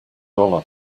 dollar